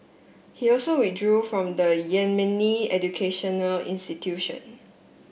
he also withdrew from the Yemeni educational institution